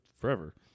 forever